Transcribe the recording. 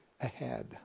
ahead